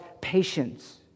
patience